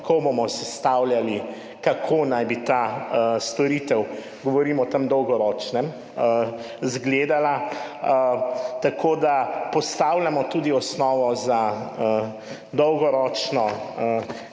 ko bomo sestavljali, kako naj bi ta storitev, govorimo o tem dolgoročnem, izgledala. Tako da postavljamo tudi osnovo za dolgoročno